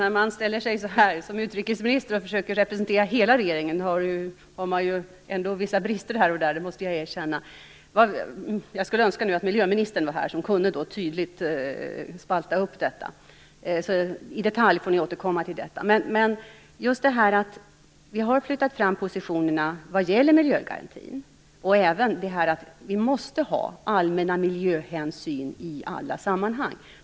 Herr talman! När jag som utrikesminister står här och försöker representera hela regeringen måste jag erkänna att jag har vissa brister här och där. Jag skulle önska att miljöministern var här och tydligt kunde spalta upp detta. När det gäller detaljerna här får ni alltså återkomma. Vi har flyttat fram positionerna vad gäller miljögarantin. Vi måste ha allmänna miljöhänsyn i alla sammanhang.